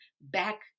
back